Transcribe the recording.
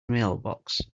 mailbox